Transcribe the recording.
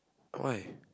why